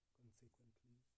consequently